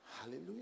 Hallelujah